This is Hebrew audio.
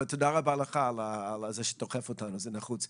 תודה רבה לך על כך שאתה דוחף אותנו, זה נחוץ.